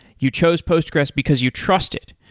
you chose postgres because you trust it.